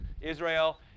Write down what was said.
Israel